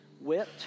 whipped